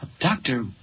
Doctor